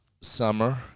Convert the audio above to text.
summer